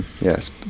yes